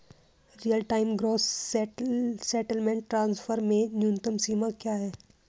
Real time gross settlement transfer में न्यूनतम सीमा क्या है?